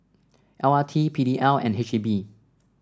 L R T P D L and H E B